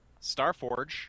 Starforge